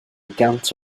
gant